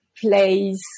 place